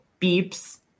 beeps